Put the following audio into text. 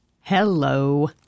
Hello